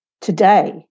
Today